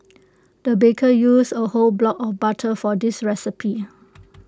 the baker used A whole block of butter for this recipe